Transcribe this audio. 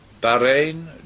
Bahrain